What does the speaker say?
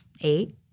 eight